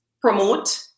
promote